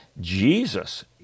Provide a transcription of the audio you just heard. Jesus